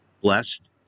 blessed